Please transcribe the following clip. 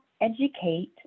educate